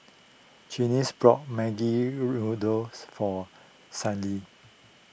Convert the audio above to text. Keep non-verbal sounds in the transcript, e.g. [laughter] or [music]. [unintelligible] brought Maggi [unintelligible] for Sallie